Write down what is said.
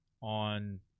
on